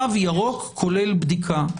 תו ירוק כולל בדיקה.